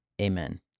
Amen